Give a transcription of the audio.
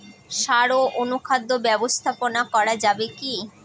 সাড় ও অনুখাদ্য ব্যবস্থাপনা করা যাবে কি?